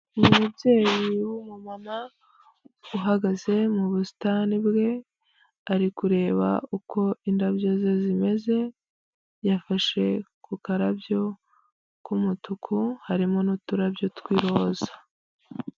Umubyeyi w'umumama uhagaze mu busitani bwe, ari kureba uko indabyo ze zimeze yafashe ku karabyo k'umutuku harimo n'uturabyo tw'iroza.